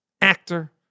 actor